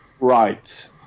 Right